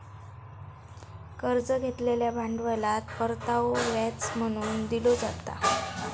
कर्ज घेतलेल्या भांडवलात परतावो व्याज म्हणून दिलो जाता